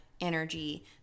energy